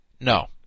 No